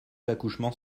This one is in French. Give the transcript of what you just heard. accouchements